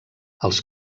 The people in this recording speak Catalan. els